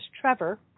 Trevor